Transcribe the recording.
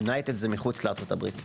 יונייטד זה מחוץ לארצות הברית.